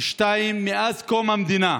דבר שני, מאז קום המדינה,